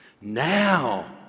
Now